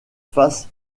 face